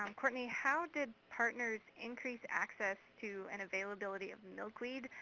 um cortney, how did partners increase access to, and availability of, milkweed,